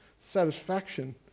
satisfaction